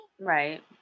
right